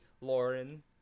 Lauren